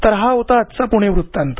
तर हा होता आजचा पुणे वृत्तांत